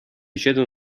siedzę